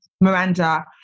Miranda